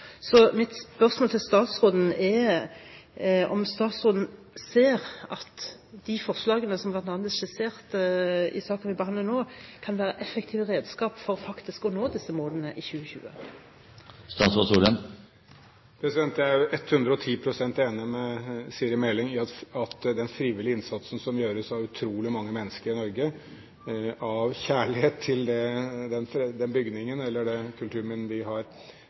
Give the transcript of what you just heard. være effektive redskap for faktisk å nå disse målene i 2020? Jeg er 110 pst. enig med Siri A. Meling i at den frivillige innsatsen som gjøres av utrolig mange mennesker i Norge, av kjærlighet til den bygningen eller det kulturminnet de har tett på seg – ofte i respekt for tidligere generasjoner som har bygd det opp – er en helt avgjørende forutsetning for å få det til. Vi